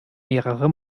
mehrere